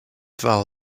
val